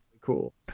Cool